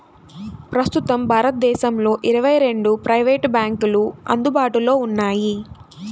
ప్రస్తుతం భారతదేశంలో ఇరవై రెండు ప్రైవేట్ బ్యాంకులు అందుబాటులో ఉన్నాయి